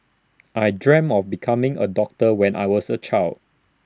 I dreamt of becoming A doctor when I was A child